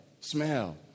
Smell